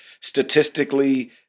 statistically